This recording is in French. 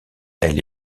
elle